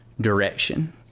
direction